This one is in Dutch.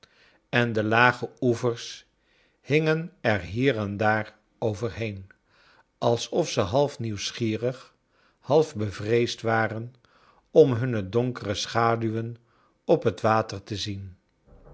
en de lage oevers hingen er hier en daar overheen alsof ze half nieuwsgierig half bevreesd waren om hunne donkere schaduwen op het water te zien